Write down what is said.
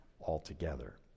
altogether